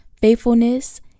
faithfulness